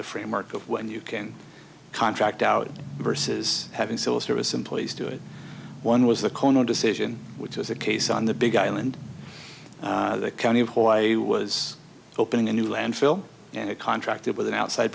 the framework of when you can contract out versus having civil service employees do it one was the kono decision which was the case on the big island the county of hawaii was opening a new landfill and it contracted with an outside